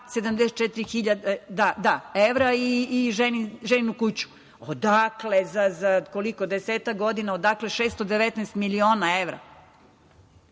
64 hiljade evra i ženinu kuću. Odakle? Za koliko, desetak godina, odakle 619 miliona evra?